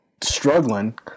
struggling